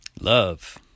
Love